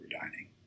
dining